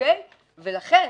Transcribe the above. ולכן,